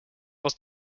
was